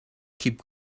keep